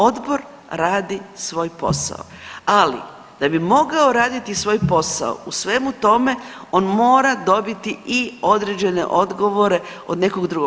Odbor radi svoj posao, ali da bi mogao raditi svoj posao u svemu tome on mora dobiti i određene odgovore od nekog drugog.